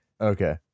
Okay